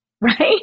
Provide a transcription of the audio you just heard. right